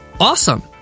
awesome